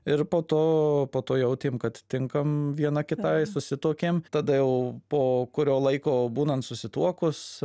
ir po to po to jautėm kad tinkam viena kitai susituokėm tada jau po kurio laiko būnant susituokus